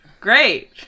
Great